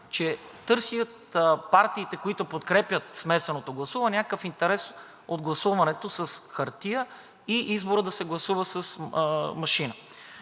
че партиите, които подкрепят смесеното гласуване, търсят някакъв интерес от гласуването с хартия и избора да се гласува машина.